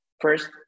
first